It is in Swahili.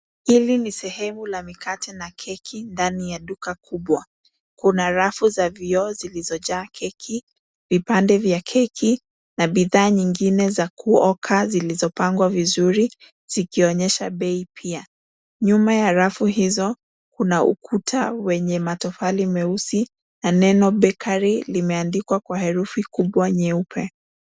Hili ni sehemu la mikate na keki ndani ya duka kubwa. Kuna rafu za vioo zilizojaa keki, vipande vya keki na bidhaa nyingine za kuoka zilizopangwa vizuri zikionyesha bei pia. Nyuma ya rafu hizo kuna ukuta wenye matofali meusi na neno Bakery limeandikwa kwa herufi kubwa nyeupe.